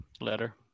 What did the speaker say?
letter